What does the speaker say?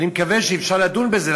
אני מקווה שאפשר לדון בזה,